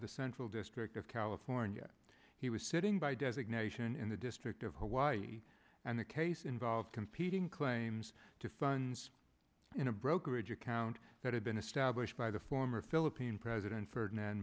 the central district of california he was sitting by designation in the district of hawaii and the case involves p ting claims to sons in a brokerage account that had been established by the former philippine president ferdinand